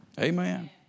Amen